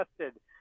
tested